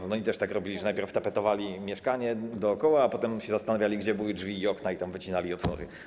Pat i Mat też tak robili, że najpierw tapetowali mieszkanie dookoła, a potem się zastanawiali, gdzie były drzwi i okna, i tam wycinali otwory.